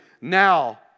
now